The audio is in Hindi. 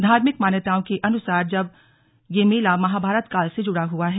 धार्मिक मान्यताओं के अनुसार यह मेला महाभारत काल से जुड़ा है